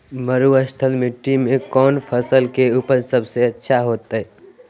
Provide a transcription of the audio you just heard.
मरुस्थलीय मिट्टी मैं कौन फसल के उपज सबसे अच्छा होतय?